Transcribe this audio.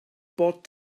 bought